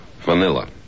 Vanilla